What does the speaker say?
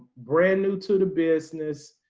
brand new to the business.